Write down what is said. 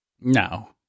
No